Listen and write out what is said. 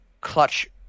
clutch